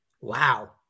Wow